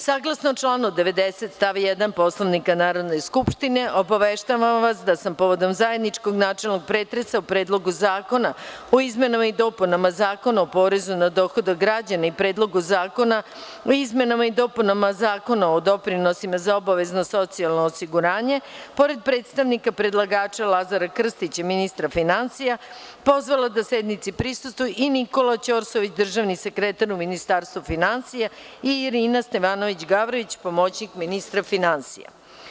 Saglasno članu 90. stav 1. Poslovnika Narodne skupštine obaveštavam vas da sam povodom zajedničkog načelnog pretresa o Predlogu zakona o izmenama i dopunama Zakona o porezu na dohodak građana i Predlogu zakona o izmenama i dopunama Zakona o doprinosima za obavezno socijalno osiguranje pored predstavnika predlagača Lazara Krstića, ministra finansija pozvala da sednici prisustvuje i Nikola Ćorsović, državni sekretara u Ministarstvu finansija i Irina Stevanović Gavrović, pomoćnik ministra finansija.